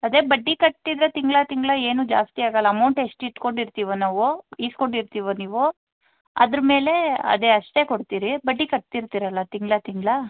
ಅದೇ ಬಡ್ಡಿ ಕಟ್ತಿದ್ದರೆ ತಿಂಗ್ಳು ತಿಂಗ್ಳು ಏನೂ ಜಾಸ್ತಿಯಾಗೋಲ್ಲ ಅಮೌಂಟ್ ಎಷ್ಟು ಇಟ್ಕೊಂಡಿರ್ತೀವೋ ನಾವು ಇಸ್ಕೊಂಡಿರ್ತೀವೋ ನೀವು ಅದರ ಮೇಲೆ ಅದೇ ಅಷ್ಟೇ ಕೊಡ್ತೀರಿ ಬಡ್ಡಿ ಕಟ್ತಿರ್ತೀರಲ್ವಾ ತಿಂಗ್ಳು ತಿಂಗ್ಳು